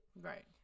right